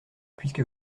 puisque